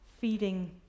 feeding